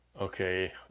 Okay